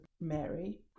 Mary